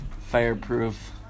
Fireproof